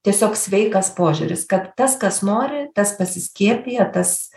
tiesiog sveikas požiūris kad tas kas nori tas pasiskiepija tas